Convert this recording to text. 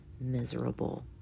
miserable